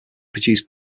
produced